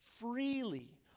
freely